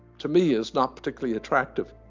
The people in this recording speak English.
to me, is not particularly attractive.